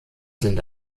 sind